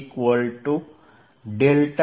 ds